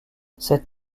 cet